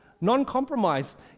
non-compromised